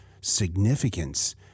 significance